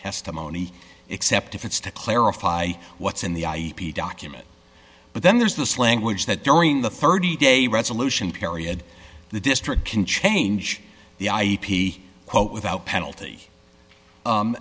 testimony except if it's to clarify what's in the document but then there's this language that during the thirty day resolution period the district can change the i e quote without penalty